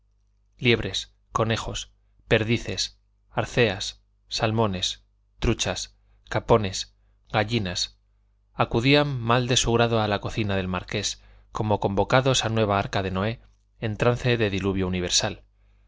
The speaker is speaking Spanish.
liebres conejos perdices arceas salmones truchas capones gallinas acudían mal de su grado a la cocina del marqués como convocados a nueva arca de noé en trance de diluvio universal